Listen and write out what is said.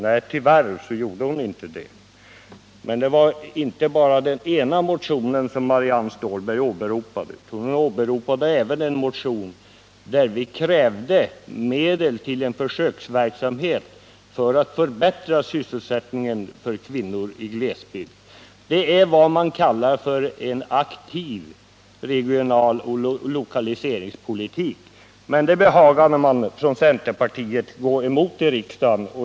Nej, tyvärr har hon inte gjort det. Det var inte bara en motion som Marianne Stålberg åberopade, utan hon åberopade även en motion i vilken vi krävde medel till en försöksverksamhet för att förbättra sysselsättningen för kvinnor i glesbygd. Det är vad man kallar för en aktiv regionaloch lokaliseringspolitik. Men det förslaget behagade centerpartiet gå emot i riksdagen.